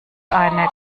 eine